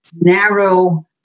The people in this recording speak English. narrow